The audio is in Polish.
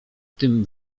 tym